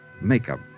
Makeup